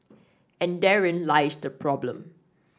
and therein lies the problem